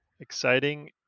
exciting